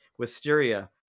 wisteria